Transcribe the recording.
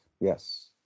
Yes